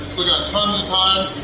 we got tons of time,